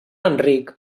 enric